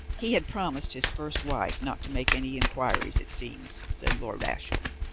he had promised his first wife not to make any inquiries, it seems, said lord ashiel.